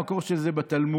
המקור של זה בתלמוד.